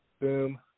Boom